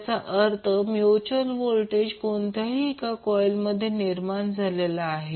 याचा अर्थ mutual voltage कोणत्याही एका कॉइलमध्ये निर्माण झालेला आहे